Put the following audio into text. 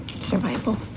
survival